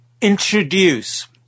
introduce